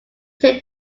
take